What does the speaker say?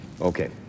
Okay